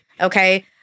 Okay